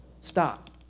Stop